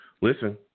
listen